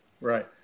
Right